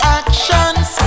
actions